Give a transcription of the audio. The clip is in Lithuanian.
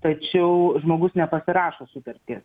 tačiau žmogus nepasirašo sutarties